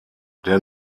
der